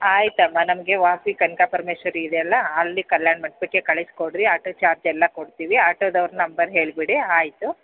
ಆಯ್ತು ಅಮ್ಮ ನಮಗೆ ವಾಸಿ ಕನ್ನಿಕಪರಮೇಶ್ವರಿ ಇದೆಯಲ್ಲ ಅಲ್ಲಿ ಕಲ್ಯಾಣ ಮಂಟಪಕ್ಕೆ ಕಳಿಸಿಕೊಡ್ರಿ ಆಟೋ ಚಾರ್ಜ್ ಎಲ್ಲ ಕೊಡ್ತೀವಿ ಆಟೋದವ್ರ ನಂಬರ್ ಹೇಳಿಬಿಡಿ ಆಯ್ತಾ